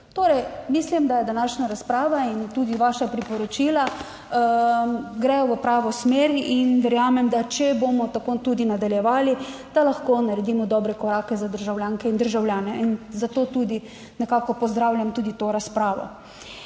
Torej mislim, da je današnja razprava in tudi vaša priporočila gredo v pravo smer. In verjamem, da če bomo tako tudi nadaljevali, da lahko naredimo dobre korake za državljanke in državljane in zato tudi nekako pozdravljam tudi to razpravo.